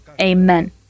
Amen